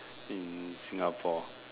in Singapore